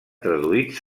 traduïts